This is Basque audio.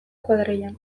kuadrillan